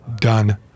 done